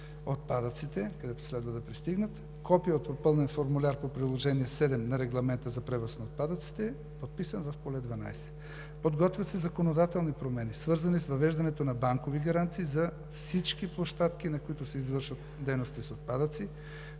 отпадъците, където следва да пристигнат; копие от попълнен формуляр по Приложение № 7 на Регламента за превоз на отпадъците, подписан в поле № 12. Подготвят се законодателни промени, свързани с въвеждането на банкови гаранции за всички площадки, на които се извършват дейности с отпадъци,